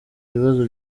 ibibazo